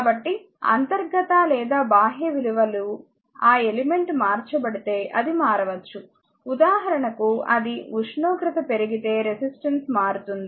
కాబట్టి అంతర్గత లేదా బాహ్య విషయాలు ఆ ఎలిమెంట్ మార్చబడితే అది మారవచ్చు ఉదాహరణకు అది ఉష్ణోగ్రత పెరిగితే రెసిస్టెన్స్ మారుతుంది